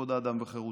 כבוד האדם וחירותו.